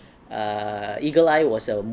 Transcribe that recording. err eagle eye was a